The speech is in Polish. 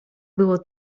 było